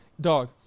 Dog